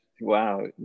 wow